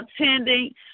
attending